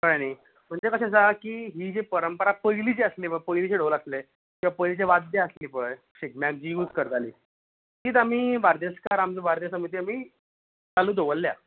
कळ्ळे न्हय म्हणजे कशे आसा ही जी परंपरा पयलीचे जी आसली पळय पयलीचे ढोल आसलें ते पयलींचे वाद्या आसली पळय शिगम्याक जी यूज करताली ती आमी बार्देसकार आमची बार्देस समिती आमी चालू दवरल्या